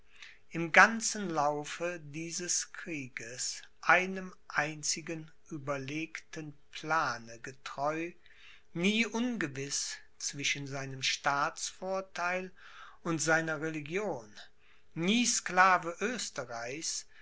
im ganzen laufe dieses krieges einem einzigen überlegten plane getreu nie ungewiß zwischen seinem staatsvortheil und seiner religion nie sklave